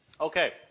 Okay